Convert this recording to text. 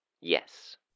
Yes